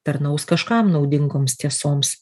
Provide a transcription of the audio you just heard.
tarnaus kažkam naudingoms tiesoms